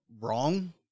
wrong